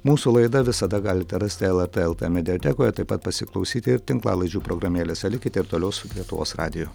mūsų laidą visada galite rasti lrt lt mediatekoje taip pat pasiklausyti ir tinklalaidžių programėlėse likite ir toliau su lietuvos radiju